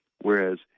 Whereas